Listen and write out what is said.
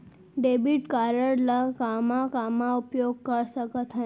Debit card ला कामा कामा उपयोग कर सकथन?